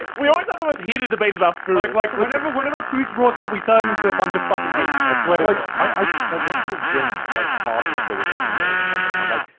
ah we always have the most heated debates about food. like like whenever whenever food's brought up we turn into a bunch of fucking apes, i swear to god. like like i, like when people drink like hard liquor with a meal or something, i'm like,